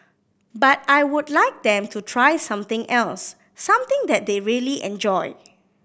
but I would like them to try something else something that they really enjoy